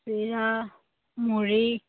চিৰা মুড়ি